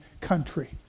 country